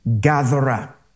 gatherer